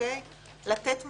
לתת מענים,